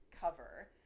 cover